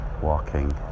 walking